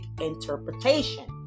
interpretation